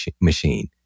machine